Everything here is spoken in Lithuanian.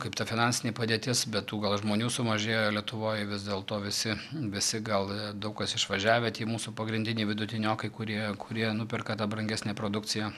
kaip ta finansinė padėtis be tų gal žmonių sumažėjo lietuvoj vis dėlto visi visi gal daug kas išvažiavę tie mūsų pagrindiniai vidutiniokai kurie kurie nuperka tą brangesnę produkciją